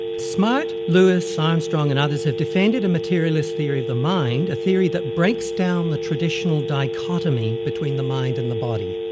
smart, lewis, armstrong and others have defended a materialist view of the mind, a theory that breaks down the traditional dichotomy between the mind and the body.